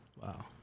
wow